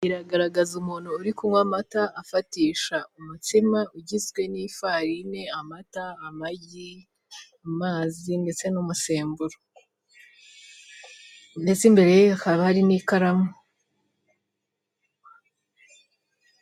Bigaragaza umuntu uri kunywa amata afatisha umutsima ugizwe n'ifarine, amata, amagi, amazi ndetse n'umusemburo, ndetse imbere ye hakaba hari n'ikaramu.